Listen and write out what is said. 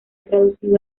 traducido